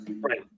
Right